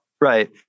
Right